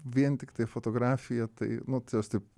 vien tiktai fotografija tai nu čia aš taip